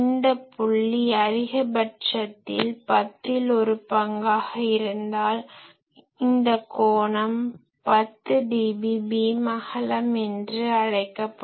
இந்த புள்ளி அதிகபட்சத்தில் பத்தில் ஒரு பங்காக இருந்தால் இந்த கோணம் 10dB பீம் அகலம் என்று அழைக்கப்படும்